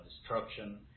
destruction